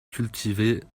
cultivées